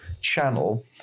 channel